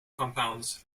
compounds